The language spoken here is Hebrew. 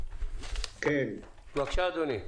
בבקשה, אדוני.